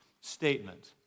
statement